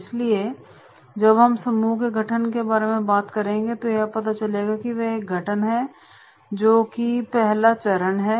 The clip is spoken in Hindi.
इसलिए जब हम समूह के गठन के बारे में बात करेंगे तो हमें यह पता चलेगा कि वह एक गठन है जो कि पहला चरण है